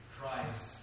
Christ